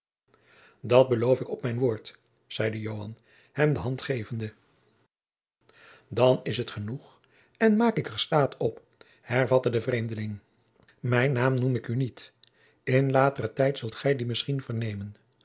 dat beloof ik u op mijn woord zeide joan hem de hand gevende dan is t genoeg en ik maak er staat op hervatte de vreemdeling mijn naam noem ik u niet in lateren tijd zult gij dien misschien vernemen